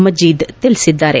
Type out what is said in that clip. ಮಜೀದ್ ತಿಳಿಸಿದ್ದಾರೆ